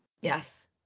Yes